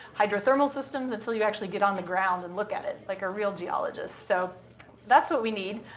hydrothermal systems, until you actually get on the ground and look at it like a real geologist, so that's what we need.